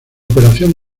operación